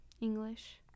english